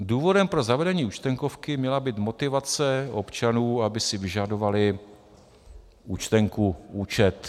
Důvodem pro zavedení Účtenkovky měla být motivace občanů, aby si vyžadovali účtenku, účet.